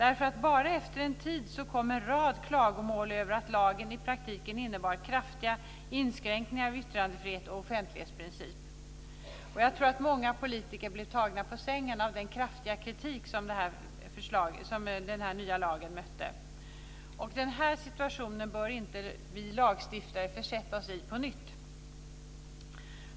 Efter bara en kort tid kom nämligen en rad klagomål över att lagen i praktiken innebar kraftiga inskränkningar av yttrandefrihet och offentlighetsprincip. Jag tror att många politiker blev tagna på sängen av den kraftiga kritik som den nya lagen mötte. Denna situation bör inte vi lagstiftare försätta oss i på nytt.